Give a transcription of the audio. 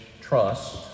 trust